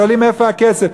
ושואלים איפה הכסף,